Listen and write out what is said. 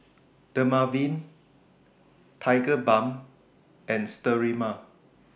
Dermaveen Tigerbalm and Sterimar